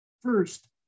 first